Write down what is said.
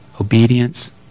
obedience